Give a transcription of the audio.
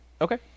Okay